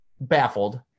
baffled